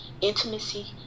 intimacy